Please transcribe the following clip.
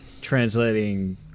translating